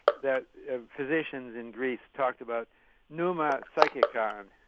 that physicians in greece talked about pneuma psychikon